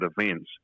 events